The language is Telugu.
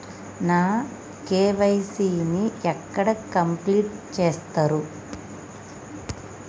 నా కే.వై.సీ ని ఎక్కడ కంప్లీట్ చేస్తరు?